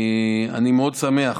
אני מאוד שמח